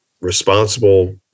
responsible